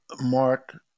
Mark